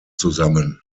zusammen